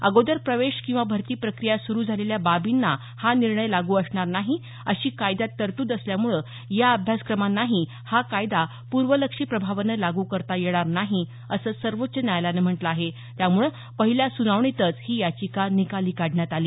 अगोदर प्रवेश किंवा भरती प्रक्रिया सुरू झालेल्या बाबींना हा निर्णय लागू असणार नाही अशी कायद्यात तरतूद असल्यामुळे या अभ्यासक्रमांनाही हा कायदा पूर्वलक्षी प्रभावानं लागू करता येणार नाही असं सर्वोच्च न्यायालयानं म्हटलं आहे त्यामुळे पहिल्या सुनावणीतच ही याचिका निकाली काढण्यात आली